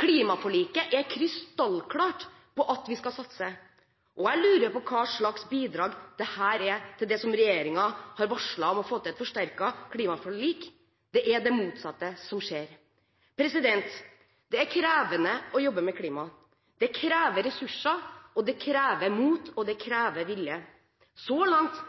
Klimaforliket er krystallklart på at vi skal satse, og jeg lurer på hva slags bidrag dette er til det regjeringen har varslet om å få til et forsterket klimaforlik – det er det motsatte som skjer. Det er krevende å jobbe med klima. Det krever ressurser, det krever mot og det krever vilje. Så langt